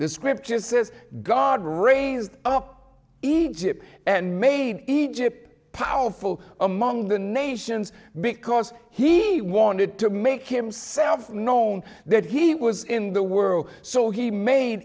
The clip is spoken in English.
this scripture says god raised up egypt and made egypt powerful among the nations because he wanted to make himself known that he was in the world so he ma